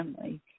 family